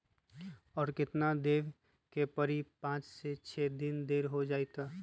और केतना देब के परी पाँच से छे दिन देर हो जाई त?